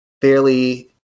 fairly